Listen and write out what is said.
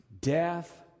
death